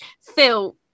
Phil